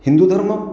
ହିନ୍ଦୁ ଧର୍ମ